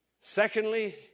Secondly